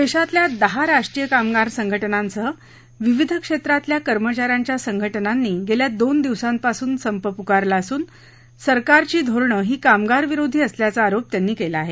देशातल्या दहा राष्ट्रीय कामगार संघटनांसह विविध क्षेत्रातल्या कर्मचा यांच्या संघटनानी गेल्या दोन दिवसांपासून संप पुकारला असून सरकारची धोरणं ही कामगारविरोधी असल्याचा आरोप त्यांनी केला आहे